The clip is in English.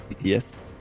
Yes